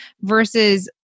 versus